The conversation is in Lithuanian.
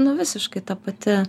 nu visiškai ta pati